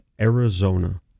arizona